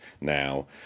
now